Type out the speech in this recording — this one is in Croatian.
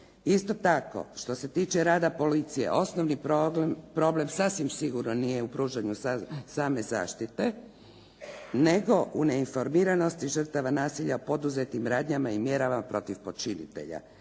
Isto tako što se tiče rada policije, osnovni problem sasvim sigurno nije u pružanju same zašite, nego u neinformiranosti žrtava nasilja, poduzetim radnjama i mjerama protiv počinitelja